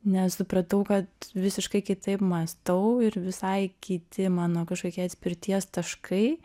nes supratau kad visiškai kitaip mąstau ir visai kiti mano kažkokie atspirties taškai